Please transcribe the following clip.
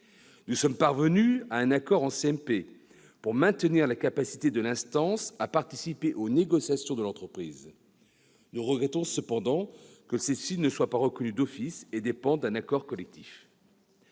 Nous sommes parvenus à un accord en commission mixte paritaire pour maintenir la capacité de l'instance à participer aux négociations de l'entreprise. Nous regrettons cependant que celle-ci ne soit pas reconnue d'office et dépende d'un accord collectif.